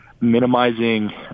minimizing